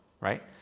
right